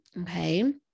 okay